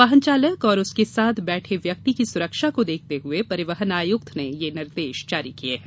वाहन चालक व उसके साथ बैठे व्यक्ति की सुरक्षा को देखते हुए परिवहन आयुक्त ने ये निर्देश जारी किए हैं